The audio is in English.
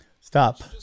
Stop